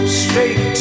straight